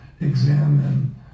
examine